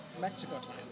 Mexico